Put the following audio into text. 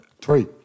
Three